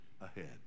ahead